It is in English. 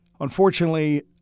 Unfortunately